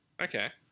Okay